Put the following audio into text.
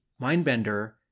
Mindbender